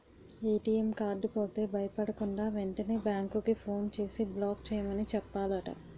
ATM card పోతే భయపడకుండా, వెంటనే బేంకుకి ఫోన్ చేసి బ్లాక్ చేయమని చెప్పాలట